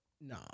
No